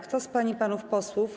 Kto z pań i panów posłów.